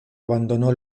abandonó